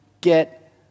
get